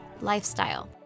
lifestyle